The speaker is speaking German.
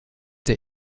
der